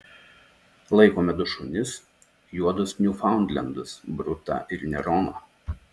laikome du šunis juodus niufaundlendus brutą ir neroną